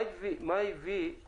מה הביא את